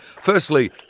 Firstly